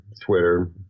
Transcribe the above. Twitter